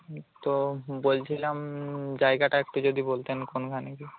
হুম তো বলছিলাম জায়গাটা একটু যদি বলতেন কোনখানে কি